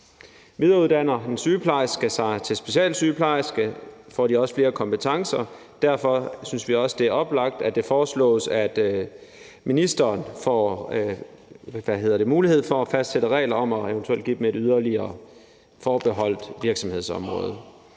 Videreuddanner sygeplejersker sig til specialsygeplejersker, får de også flere kompetencer, og derfor synes vi også, det er oplagt, at det foreslås, at ministeren får mulighed for at fastsætte regler om eventuelt at give dem yderligere et forbeholdt virksomhedsområde.